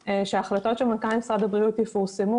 שההחלטות של מנכ"ל משרד הבריאות יפורסמו,